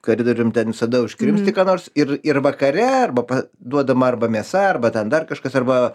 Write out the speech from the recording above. koridorium ten visada užkrimsti ką nors ir ir vakare arba pa duodama arba mėsa arba ten dar kažkas arba